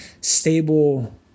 stable